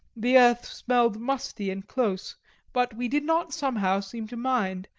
the earth smelled musty and close but we did not somehow seem to mind,